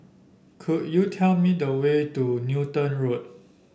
could you tell me the way to Newton Road